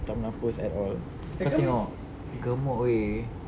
tak pernah post at all kau tengok gemuk weh